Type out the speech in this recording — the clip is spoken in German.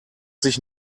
sich